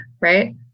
right